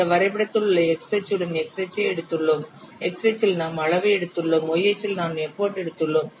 இந்த வரைபடத்தில் உள்ள x அச்சுடன் x அச்சை எடுத்துள்ளோம் x அச்சில் நாம் அளவை எடுத்துள்ளோம் y அச்சில் நாம் எப்போட் எடுத்துள்ளோம்